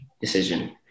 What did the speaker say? decision